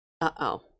Uh-oh